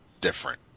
different